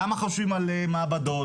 למה חושבים על מעבדות?